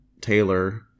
Taylor